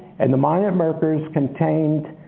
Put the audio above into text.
and the mine at merkers contained